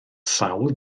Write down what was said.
sawl